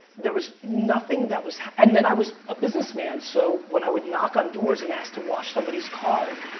there was nothing that was hap. and then i was a business man, so when i would knock on doors and ask to was somebody's car,